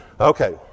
Okay